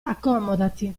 accomodati